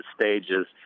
stages